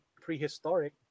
prehistoric